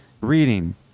reading